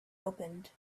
opened